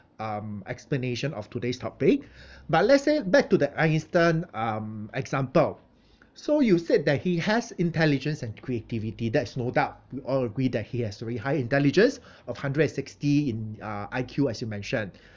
um explanation of today's topic but let's say back to the einstein um example so you said that he has intelligence and creativity that's no doubt we all agree that he has a very high intelligence of hundred sixty in uh I_Q as you mentioned